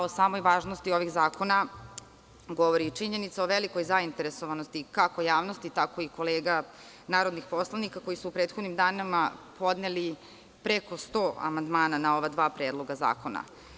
O samoj važnosti ovih zakona govori i činjenica o velikoj zainteresovanosti, kako javnosti tako i kolega narodnih poslanika koji su u prethodnim danima podneli preko 100 amandmana na ova dva predloga zakona.